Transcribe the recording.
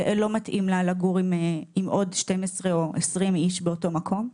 יעל לא מתאים לה לגור עם עוד 12 או 20 איש באותו מקום.